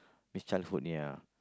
miss childhood ya